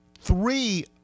Three